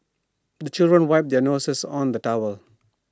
the children wipe their noses on the towel